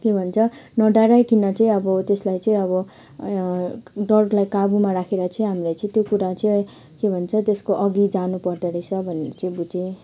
के भन्छ नडराइकन चाहिँ अब त्यसलाई चाहिँ अब डरलाई काबुमा राखेर चाहिँ हामीले चाहिँ त्यो कुरा चाहिँ के भन्छ त्यसको अघि जानुपर्दो रहेछ भनेर चाहिँ बुझेँ